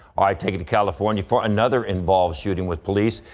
i take the california for another involved shooting with police.